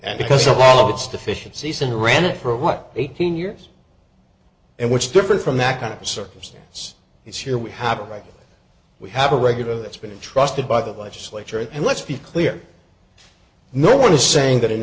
and because of all its deficiencies and ran it for what eighteen years and which is different from that kind of circumstance he's here we have a right we have a regular that's been trusted by the legislature and let's be clear no one is saying that an